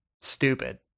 stupid